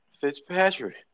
Fitzpatrick